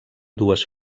dues